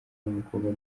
w’umukobwa